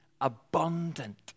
abundant